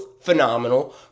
phenomenal